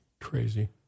Crazy